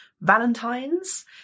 Valentine's